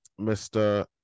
Mr